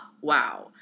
wow